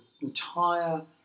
entire